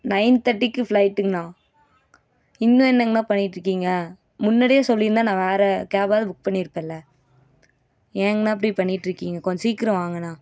nine தேர்ட்டிக்கு ஃப்ளைட்டுங்கண்ணா இன்னும் என்னங்கண்ணா பண்ணிட்டுருக்கீங்க முன்னாடியே சொல்லியிருந்தா நான் வேறு கேபாவது புக் பண்ணியிருப்பன்ல ஏங்கண்ணா இப்படி பண்ணிட்டுருக்கீங்க கொஞ்சம் சீக்கிரம் வாங்கண்ணா